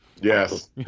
Yes